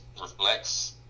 reflects